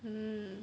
mmhmm